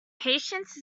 patience